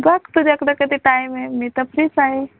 बघ तुझ्याकडे कधी टाईम आहे मी तर फ्रीच आहे